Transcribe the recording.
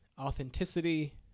authenticity